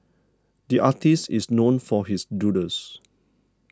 the artist is known for his doodles